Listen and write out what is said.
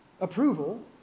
approval